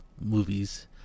movies